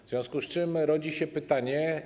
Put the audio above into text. W związku z tym rodzą się pytania.